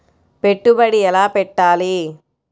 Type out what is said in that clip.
పెట్టుబడి ఎలా పెట్టాలి?